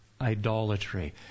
idolatry